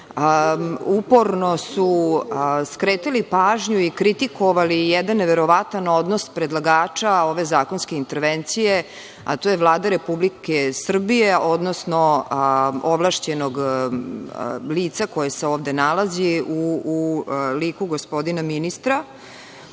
uporno su skretali pažnju i kritikovali jedan neverovatan odnos predlagača ove zakonske intervencije, a to je Vlada Republike Srbije, odnosno ovlašćenog lica koje se ovde nalazi u liku gospodina ministra,